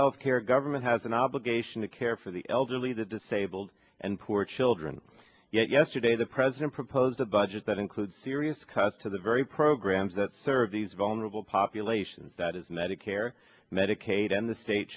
health care government has an obligation to care for the elderly the disabled and poor children yesterday the president proposed a budget that includes serious cuts to the very programs that serve these vulnerable populations that is medicare medicaid and the state